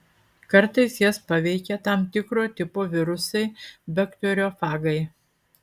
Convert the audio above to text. kartais jas paveikia tam tikro tipo virusai bakteriofagai